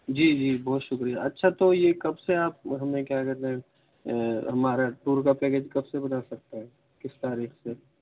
جی جی بہت شکریہ اچھا تو یہ کب سے آپ ہمیں کیا کہتے ہیں ہمارا ٹور کا پیکج کب سے بنا سکتے ہیں کس تاریخ سے